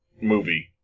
movie